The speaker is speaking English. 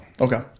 okay